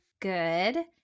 Good